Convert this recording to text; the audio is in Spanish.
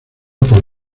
por